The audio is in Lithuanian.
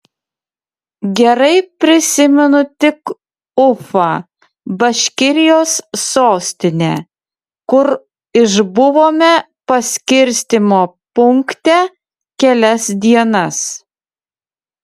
gerai prisimenu tik ufą baškirijos sostinę kur išbuvome paskirstymo punkte kelias dienas